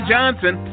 Johnson